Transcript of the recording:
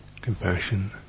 compassion